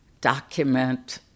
document